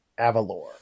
Avalor